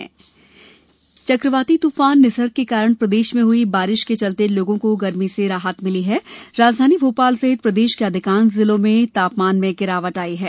मौसम चक्रवाती तूफान निसर्ग के कारण प्रदेश में हुई बारिश के चलते लोगों को गर्मी से राहत मिली है राजधानी भोपाल सहित प्रदेश के अधिकांश जिलों में तापमान में गिरावट आई है